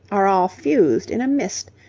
are all fused in a mist,